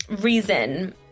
reason